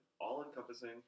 all-encompassing